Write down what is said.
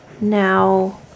now